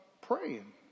praying